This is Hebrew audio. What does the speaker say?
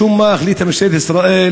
משום מה החליטה ממשלת ישראל,